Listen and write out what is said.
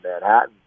Manhattan